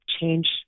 change